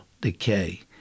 decay